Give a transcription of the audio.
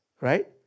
right